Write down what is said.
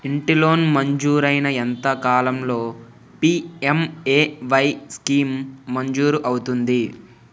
ఇంటి లోన్ మంజూరైన ఎంత కాలంలో పి.ఎం.ఎ.వై స్కీమ్ మంజూరు అవుతుంది?